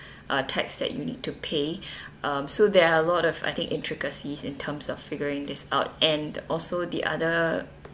uh tax that you need to pay um so there are a lot of I think intricacies in terms of figuring this out and also the other